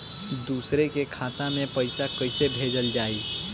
दूसरे के खाता में पइसा केइसे भेजल जाइ?